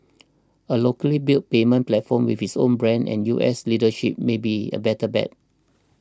a locally built payments platform with its own brand and U S leadership may be a better bet